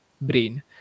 brain